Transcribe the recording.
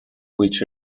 which